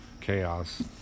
chaos